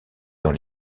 dans